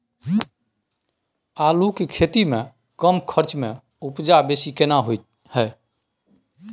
आलू के खेती में कम खर्च में उपजा बेसी केना होय है?